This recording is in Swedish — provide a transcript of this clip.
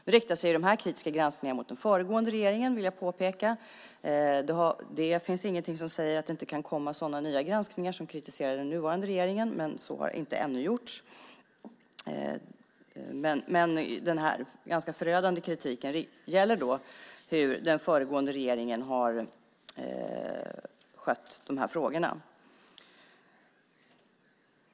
Nu riktar sig de här kritiska granskningarna mot den föregående regeringen, vill jag påpeka. Det finns ingenting som säger att det inte kan komma nya granskningar som kritiserar den nuvarande regeringen, men så har ännu inte skett. Men den här ganska förödande kritiken gäller då hur den föregående regeringen har skött de här frågorna.